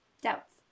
doubts